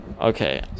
Okay